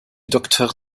docteur